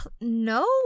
no